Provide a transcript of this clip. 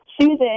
Susan